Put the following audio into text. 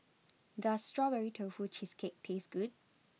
does Strawberry Tofu Cheesecake taste good